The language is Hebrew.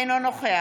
אינו נוכח